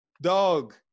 Dog